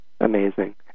amazing